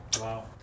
Wow